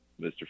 Mr